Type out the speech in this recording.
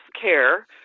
care